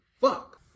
Fuck